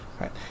Right